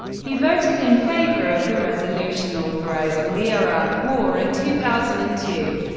he voted in favor of the resolution authorizing the iraq war in two thousand and two,